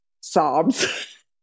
sobs